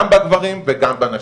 גם בגברים וגם בנשים.